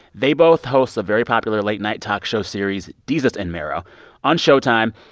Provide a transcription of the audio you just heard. they both host a very popular late-night talk show series desus and mero on showtime.